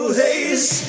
haze